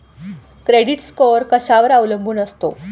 Credit score कशावर अवलंबून असतो?